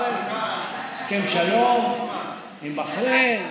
עם בחריין.